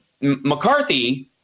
McCarthy